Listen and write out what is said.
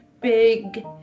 Big